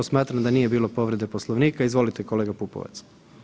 Smatram da nije bilo povrede Poslovnika, izvolite kolega Pupovac.